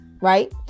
Right